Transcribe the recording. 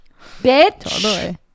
Bitch